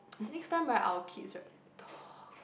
next time right our kids rights talks